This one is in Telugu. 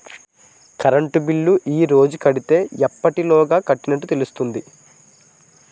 కరెంట్ బిల్లు ఈ రోజు కడితే ఎప్పటిలోగా కట్టినట్టు తెలుస్తుంది?